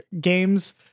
games